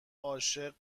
عاشق